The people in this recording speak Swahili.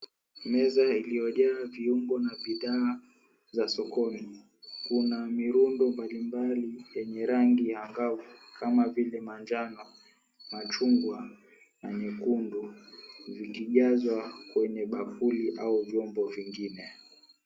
Meza iliyojaa viungo na bidhaa za sokoni. Kuna mirundo mbalimbali yenye rangi angavu kama vile manjano, machungwa, na nyekundu vikijazwa kwenye bakuli au vyombo vingine.